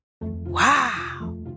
Wow